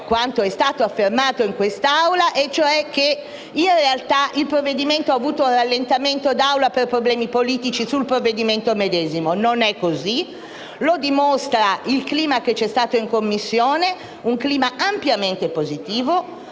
quanto è stato affermato in quest'Aula e cioè che, in realtà, il provvedimento ha subìto un rallentamento nei lavori dell'Aula per problemi politici sul provvedimento medesimo. Non è così; lo dimostra il clima che c'è stato in Commissione, un clima ampiamente positivo,